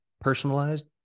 personalized